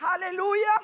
Hallelujah